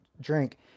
drink